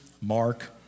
Mark